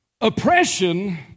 Oppression